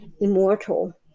immortal